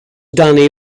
danny